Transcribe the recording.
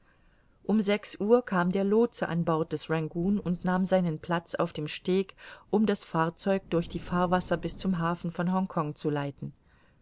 um sechs uhr kam der lootse an bord des rangoon und nahm seinen platz auf dem steg um das fahrzeug durch die fahrwasser bis zum hafen von hongkong zu leiten